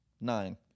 Nine